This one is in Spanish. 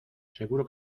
seguro